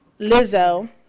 Lizzo